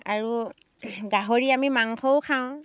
আৰু গাহৰি আমি মাংসও খাওঁ